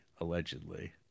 allegedly